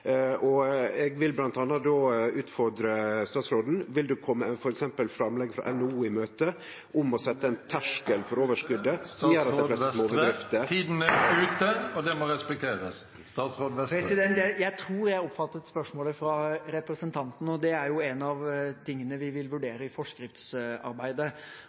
vil då utfordre statsråden på bl.a.: Vil han kome f.eks. framlegg frå NHO i møte, om å setje ein terskel for overskotet … Tiden er ute, og det må respekteres. Jeg tror jeg oppfattet spørsmålet fra representanten, og dette er en av tingene vi vil